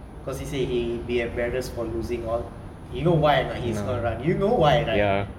cause he say he be embarrassed for losing all you know why or not he's going to run you know why